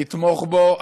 לתמוך בו.